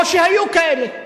או שהיו כאלה בעבר.